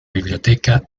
biblioteca